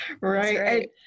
Right